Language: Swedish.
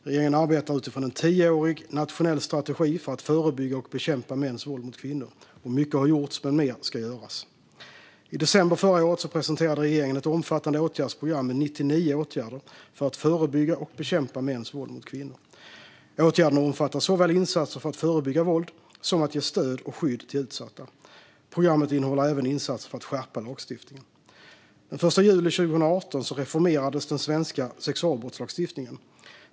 Regeringen arbetar utifrån en tioårig nationell strategi för att förebygga och bekämpa mäns våld mot kvinnor. Mycket har gjorts, men mer ska göras. I december förra året presenterade regeringen ett omfattande åtgärdsprogram med 99 åtgärder för att förebygga och bekämpa mäns våld mot kvinnor. Åtgärderna omfattar såväl insatser för att förebygga våld som för att ge stöd och skydd till utsatta. Programmet innehåller även insatser för att skärpa lagstiftningen. Den 1 juli 2018 reformerades den svenska sexualbrottslagstiftningen.